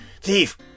thief